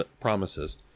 promises